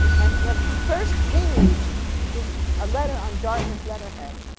and the first page is a letter on dartmouth letterhead.